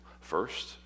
First